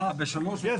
13:56.